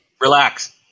Relax